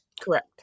Correct